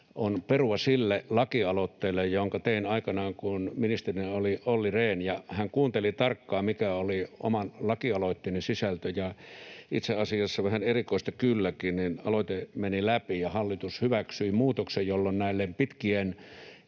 on perua sille lakialoitteelle, jonka tein aikanaan, kun ministerinä oli Olli Rehn, ja hän kuunteli tarkkaan, mikä oli oman lakialoitteeni sisältö. Itse asiassa vähän erikoista kylläkin, aloite meni läpi, ja hallitus hyväksyi muutoksen, jolloin pitkien